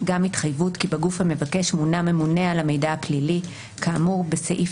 גם התחייבות כי בגוף המבקש מונה ממונה על מידע פלילי כאמור בסעיף